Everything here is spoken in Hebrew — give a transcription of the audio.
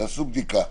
תעשו בדיקה.